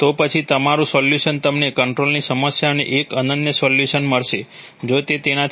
તો પછી તમારું સોલ્યુશન તમને કંટ્રોલની સમસ્યાનો એક અનન્ય સોલ્યુશન મળશે જો તે તેનાથી વધુ હોય તો તમે તેને સંતોષી શકતા નથી